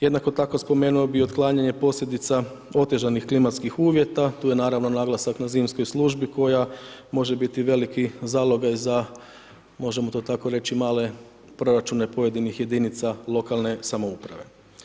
Jednako tako spomenuo bih i otklanjanje posljedica otežanih klimatskih uvjeta, tu je naravno naglasak na zimskoj službi koja može biti veliki zalogaj za, možemo to tako reći male proračune pojedinih jedinica lokalne samouprave.